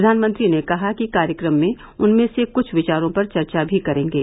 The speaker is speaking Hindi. प्रधानमंत्री ने कहा कि कार्यक्रम में उनमें से कुछ विचारों पर चर्चा भी करेंगे